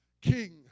King